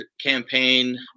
campaign